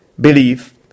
believe